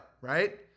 right